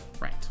right